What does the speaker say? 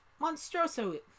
Monstroso